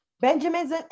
Benjamin's